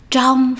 Trong